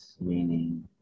meaning